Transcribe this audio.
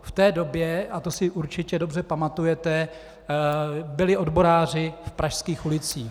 V té době, a to si určitě dobře pamatujete, byli odboráři v pražských ulicích.